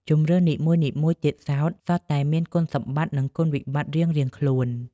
ជម្រើសនីមួយៗទៀតសោតសុទ្ធតែមានគុណសម្បត្តិ និងគុណវិបត្តិរៀងៗខ្លួន។